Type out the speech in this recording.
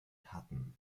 hutton